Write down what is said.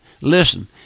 listen